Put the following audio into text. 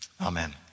Amen